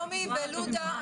שלומי ולודה,